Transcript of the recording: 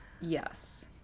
Yes